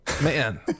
Man